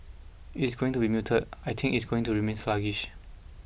it is going to be muted I think it is going to remain sluggish